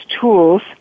tools